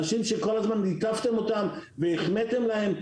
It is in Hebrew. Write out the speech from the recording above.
אנשים שכל הזמן ליטפתם אותם והחמאתם להם,